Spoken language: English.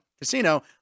Casino